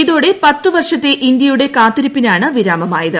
ഇതോടെ പത്ത് വർഷത്തെ ഇന്ത്യയുടെ കാത്തിരിപ്പിനാണ് വിരാമമായത്